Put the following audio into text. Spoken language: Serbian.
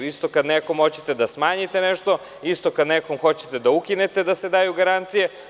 Kada nekom hoćete da smanjite nešto, isto kada nekom hoćete da ukinete da se daju garancije.